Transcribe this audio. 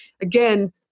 again